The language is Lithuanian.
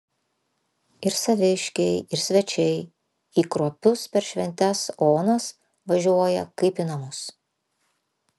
ir saviškiai ir svečiai į kruopius per šventas onas važiuoja kaip į namus